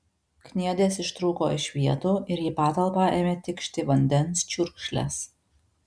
kniedės ištrūko iš vietų ir į patalpą ėmė tikšti vandens čiurkšlės